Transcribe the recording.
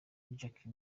jack